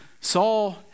Saul